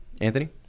Anthony